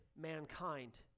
mankind